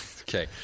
Okay